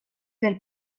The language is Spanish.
del